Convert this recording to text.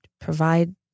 provide